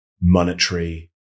monetary